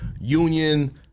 union